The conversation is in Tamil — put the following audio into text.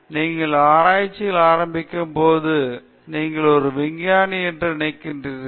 எனவே நீங்கள் ஆராய்ச்சியை ஆரம்பித்தபோது நீங்கள் ஒரு விஞ்ஞானி என்று நினைக்கிறீர்கள்